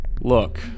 Look